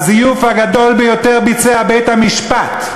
את הזיוף הגדול ביותר ביצע בית-המשפט,